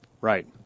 right